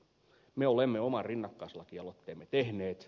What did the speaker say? me olemme oman rinnakkaislakialoitteemme tehneet